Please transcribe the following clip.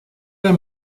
der